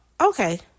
Okay